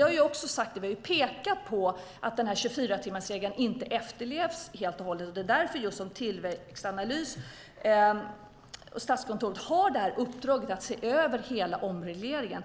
har pekat på att 24-timmarsregeln inte efterlevs helt och hållet. Det är därför som Tillväxtanalys och Statskontoret har fått i uppdrag att se över hela omregleringen.